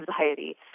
anxiety